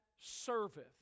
serveth